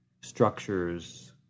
structures